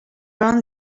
run